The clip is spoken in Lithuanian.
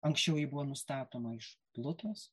anksčiau ji buvo nustatoma iš plutos